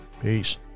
peace